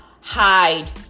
hide